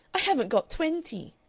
i haven't got twenty!